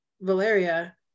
valeria